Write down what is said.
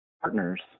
partners